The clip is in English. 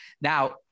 Now